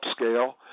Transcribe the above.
upscale